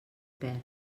perd